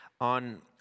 on